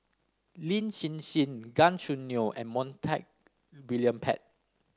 Lin Hsin Hsin Gan Choo Neo and Montague William Pett